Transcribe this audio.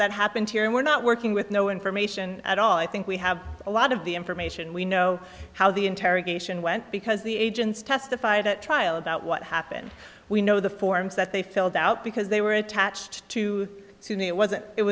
that happened here and we're not working with no information at all i think we have a lot of the information we know how the interrogation went because the agents testified at trial about what happened we know the forms that they filled out because they were attached to to me it wasn't it